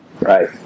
right